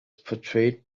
portrayed